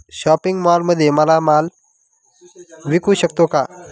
Shopping मॉलमध्ये माल विकू शकतो का?